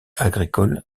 agricole